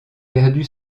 perdu